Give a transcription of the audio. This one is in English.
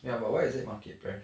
ya but why is it market price